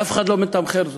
ואף אחד לא מתמחר זאת.